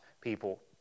people